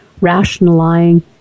rationalizing